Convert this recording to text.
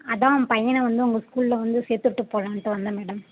அதுதான் பையனை வந்து உங்கள் ஸ்கூலில் வந்து சேர்த்து விட்டு போகலான்ட்டு வந்தேன் மேடம்